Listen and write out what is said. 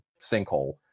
sinkhole